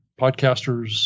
podcasters